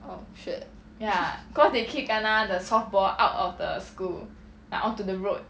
oh shit